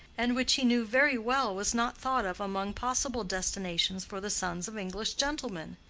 and which he knew very well was not thought of among possible destinations for the sons of english gentlemen.